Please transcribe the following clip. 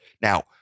Now